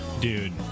Dude